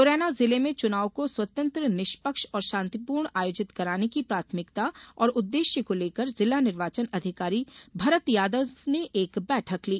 मुरैना जिले में चुनाव को स्वतंत्र निष्पक्ष और शांतिपूर्ण आयोजित कराने की प्राथमिकता और उददेश्य को लेकर जिला निर्वाचन अधिकारी भरत यादव ने एक बैठक ली